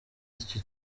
icyo